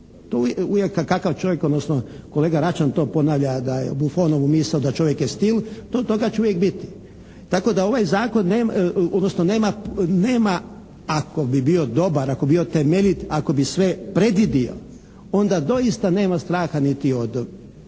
To uvijek, kakav čovjek, odnosno kolega Račan to ponavlja Bufonovu misao da čovjek je stil, toga će uvijek biti. Tako da ovaj zakon nema ako bi bio dobar, ako bi bio temeljit, ako bi sve predvidio, onda doista nema straha niti od